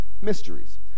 mysteries